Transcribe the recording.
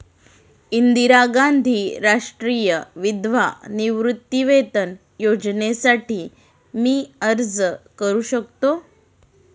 इंदिरा गांधी राष्ट्रीय विधवा निवृत्तीवेतन योजनेसाठी मी अर्ज करू शकतो?